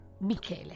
Michele